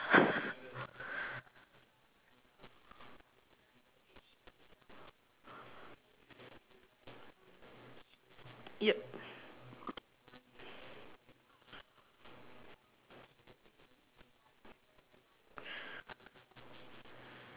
yup